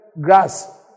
grass